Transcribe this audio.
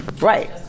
right